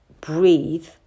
breathe